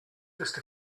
just